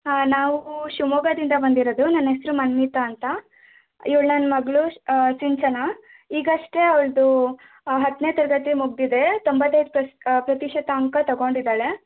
ಹಾಂ ನಾವು ಶಿವಮೊಗ್ಗದಿಂದ ಬಂದಿರೋದು ನನ್ನ ಹೆಸ್ರು ಮನ್ವಿತಾ ಅಂತ ಇವ್ಳು ನನ್ನ ಮಗಳು ಸಿಂಚನಾ ಈಗಷ್ಟೆ ಅವ್ಳದ್ದು ಹತ್ತನೇ ತರಗತಿ ಮುಗಿದಿದೆ ತೊಂಬತ್ತೈದು ಪಸ್ ಪ್ರತಿಶತ ಅಂಕ ತಗೊಂಡಿದ್ದಾಳೆ